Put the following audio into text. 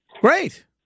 Great